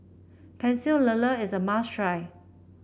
Pecel Lele is a must try